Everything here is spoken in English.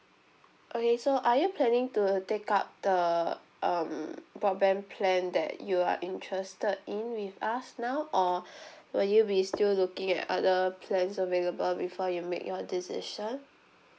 okay so are you planning to take up the um broadband plan that you are interested in with us now or will you be still looking at other plans available before you make your decision